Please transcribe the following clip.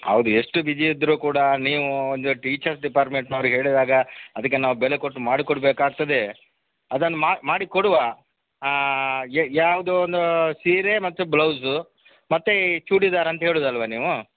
ಹೌದ್ ಎಷ್ಟು ಬಿಜಿ ಇದ್ದರೂ ಕೂಡ ನೀವು ಒಂದು ಟೀಚರ್ಸ್ ಡಿಪಾರ್ಟ್ಮೆಂಟ್ನವರಿಗೆ ಹೇಳಿದಾಗ ಅದಕ್ಕೆ ನಾವು ಬೆಲೆ ಕೊಟ್ಟು ಮಾಡಿಕೊಡಬೇಕಾಗ್ತದೆ ಅದನ್ನು ಮಾಡಿ ಕೊಡುವ ಯಾವ್ದು ಒಂದು ಸೀರೆ ಮತ್ತು ಬ್ಲೌಸು ಮತ್ತು ಈ ಚೂಡಿದಾರು ಅಂತ ಹೇಳುದಲ್ಲವಾ ನೀವು